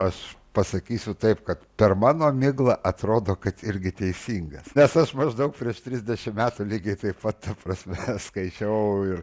aš pasakysiu taip kad per mano miglą atrodo kad irgi teisingas nes aš maždaug prieš trisdešimt metų lygiai taip pat ta prasme skaičiau ir